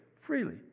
freely